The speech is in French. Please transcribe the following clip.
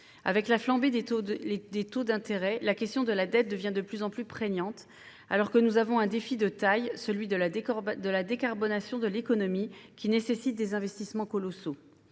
Avec la flambée des taux d'intérêt, la question de la dette devient de plus en plus prégnante, alors que nous devons affronter un défi de taille, celui de la décarbonation de l'économie, qui nécessite des investissements colossaux.